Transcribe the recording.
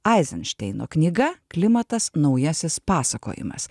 aizenšteino knyga klimatas naujasis pasakojimas